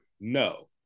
No